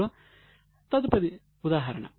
ఇప్పుడు తదుపరి ఉదాహరణ